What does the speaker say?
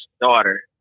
daughter